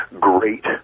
great